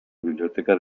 biblioteca